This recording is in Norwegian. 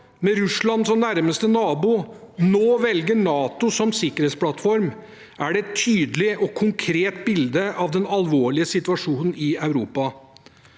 med Russland som nærmeste nabo, nå velger NATO som sikkerhetsplattform, er det et tydelig og konkret bilde på den alvorlige situasjonen i Europa.